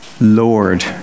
Lord